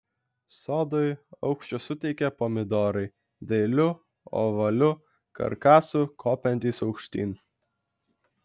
sodui aukščio suteikia pomidorai dailiu ovaliu karkasu kopiantys aukštyn